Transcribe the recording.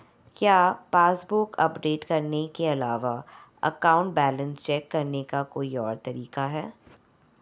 क्या passbook update करने के अलावा अकाउंट बैलेंस चेक करने का कोई और तरीका है?